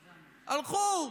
הלכו,